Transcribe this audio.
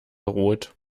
rot